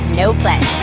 no play.